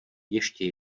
ještě